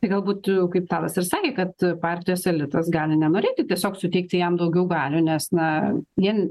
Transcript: tai galbūt kaip tadas ir sakė kad partijos elitas gali nenorėti tiesiog suteikti jam daugiau galių nes na vien